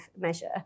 measure